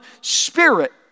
spirit